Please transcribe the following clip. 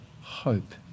Hope